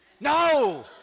No